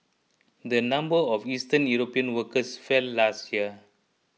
the number of Eastern European workers fell last year